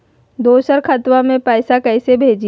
दोसर खतबा में पैसबा कैसे भेजिए?